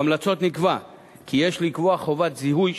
בהמלצות נקבע כי יש לקבוע חובת זיהוי,